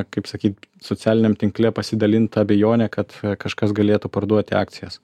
kaip sakyt socialiniame tinkle pasidalint abejone kad kažkas galėtų parduoti akcijas